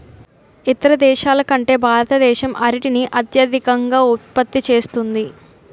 ఇతర దేశాల కంటే భారతదేశం అరటిని అత్యధికంగా ఉత్పత్తి చేస్తుంది